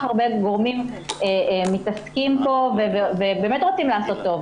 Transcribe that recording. הרבה גורמים מתעסקים בזה ובאמת רוצים לעשות טוב.